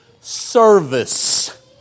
service